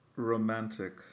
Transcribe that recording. Romantic